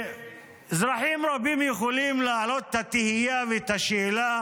אזרחים רבים יכולים להעלות את התהייה ואת השאלה